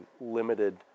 limited